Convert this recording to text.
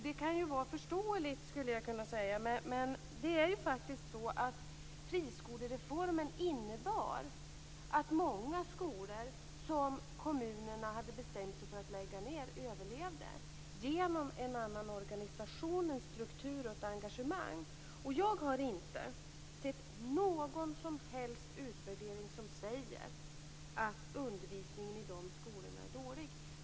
Det kan ju vara förståeligt, skulle jag kunna säga, men det är ju faktiskt så att friskolereformen innebar att många skolor som kommunerna hade bestämt sig för att lägga ned överlevde genom en annan organisation, struktur och engagemang. Jag har inte sett någon som helst utvärdering som säger att undervisningen i de skolorna är dålig.